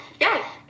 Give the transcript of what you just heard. yes